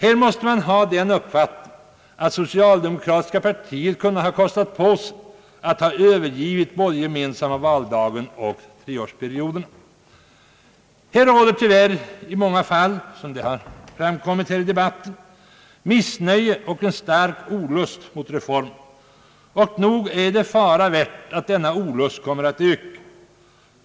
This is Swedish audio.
Här måste man hysa den uppfattningen att det socialdemokratiska partiet kunde ha kostat på sig att överge både den gemensamma valdagen och treårsperioderna. Här råder tyvärr i många fall — som också har framkommit i debatten — missnöje och stark olust inför reformen. Säkerligen är det fara värt att denna olust kommer att öka.